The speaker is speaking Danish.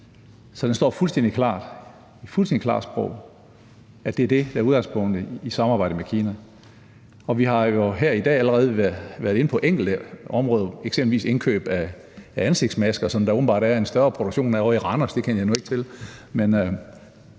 står fuldstændig klart. Det er fuldstændig klart sprog. Det er det, der er udgangspunktet i samarbejdet med Kina. Vi har her i dag jo allerede været inde på enkelte områder, eksempelvis indkøb af ansigtsmasker, som der åbenbart er en større produktion af ovre i Randers – det kendte jeg nu ikke til